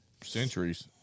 centuries